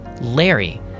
Larry